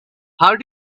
how